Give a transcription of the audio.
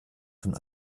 von